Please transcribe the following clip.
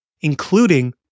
including